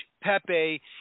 Pepe